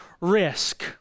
risk